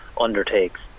undertakes